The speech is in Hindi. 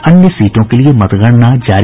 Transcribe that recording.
अन्य सीटों के लिए मतगणना जारी